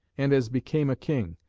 and as became a king,